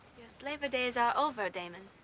slaver days are over, damon.